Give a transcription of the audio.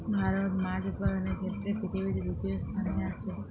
ভারত মাছ উৎপাদনের ক্ষেত্রে পৃথিবীতে তৃতীয় স্থানে আছে